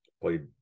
played